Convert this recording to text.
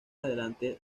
adelante